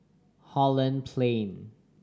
Holland Plain